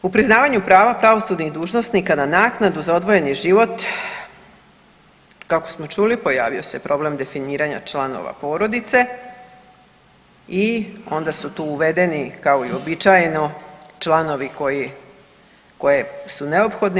U priznavanju prava pravosudnih dužnosnika na naknadu za odvojeni život kako smo čuli pojavio se problem definiranje članova porodice i onda su tu uvedeni kao i uobičajeno članovi koji su neophodni.